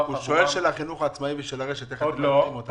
--- הוא שואל של החינוך העצמאי ושל הרשת איך מקדמים אותם?